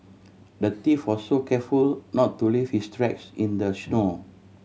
the thief was so careful not to leave his tracks in the snow